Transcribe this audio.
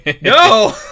no